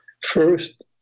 First